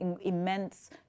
immense